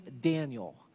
Daniel